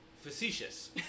Facetious